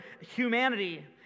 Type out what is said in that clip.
humanity